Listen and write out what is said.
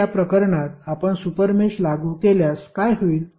तर या प्रकरणात आपण सुपर मेष लागू केल्यास काय होईल